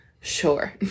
Sure